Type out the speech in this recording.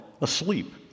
asleep